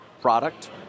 product